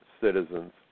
citizens